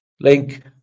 link